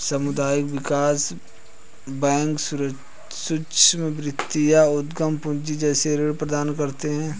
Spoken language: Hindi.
सामुदायिक विकास बैंक सूक्ष्म वित्त या उद्धम पूँजी जैसे ऋण प्रदान करते है